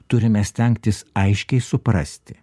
turime stengtis aiškiai suprasti